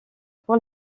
pour